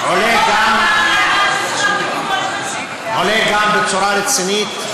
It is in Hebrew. שכר המעונות עולה גם בצורה רצינית.